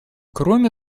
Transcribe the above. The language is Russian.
кроме